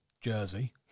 Jersey